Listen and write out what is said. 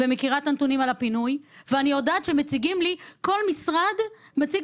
ומכירה את הנתונים על הפינוי אני יודעת שכל משרד מציג